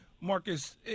Marcus